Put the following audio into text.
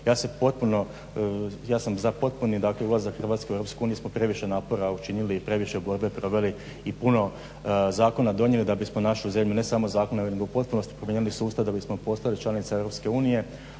Ja sam za potpuni ulazak Hrvatske u Europsku uniju, mi smo previše napora učinili i previše borbe proveli i puno zakona donijeli da bismo našu zemlju, ne samo zakone nego u potpunosti promijenili sustav da bismo postali članice